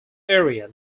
area